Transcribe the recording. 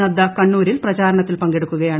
നദ്ദ കണ്ണൂരിൽ പ്രചാരണത്തിൽ പങ്കെടുക്കുകയാണ്